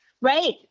Right